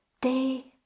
day